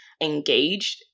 engaged